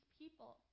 people